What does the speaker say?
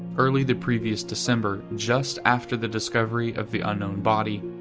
early the previous december, just after the discovery of the unknown body,